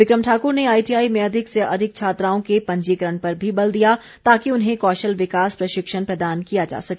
विक्रम ठाकुर ने आईटीआई में अधिक से अधिक छात्राओं के पंजीकरण पर भी बल दिया ताकि उन्हें कौशल विकास प्रशिक्षण प्रदान किया जा सके